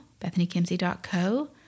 bethanykimsey.co